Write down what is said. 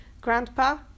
grandpa